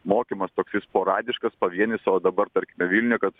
mokymas toksai sporadiškas pavienis o dabar tarkime vilniuje kad